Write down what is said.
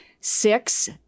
six